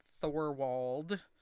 Thorwald